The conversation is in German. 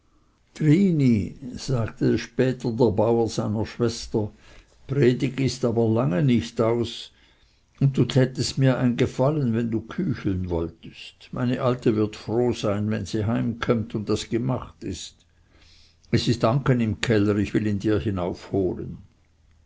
sagte später der bauer seiner schwester dpredig ist aber lange nicht aus und du tätest mir ein gefallen wenn du kücheln wolltest meine alte wird froh sein wenn sie heimkömmt und das gmacht ist es ist anken im keller ich will ihn dir